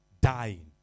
dying